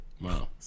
Wow